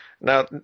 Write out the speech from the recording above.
Now